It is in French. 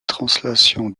translation